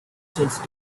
since